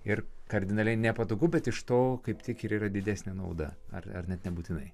ir kardinaliai nepatogu bet iš to kaip tik ir yra didesnė nauda ar ar net nebūtinai